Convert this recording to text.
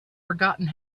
forgotten